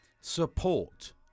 support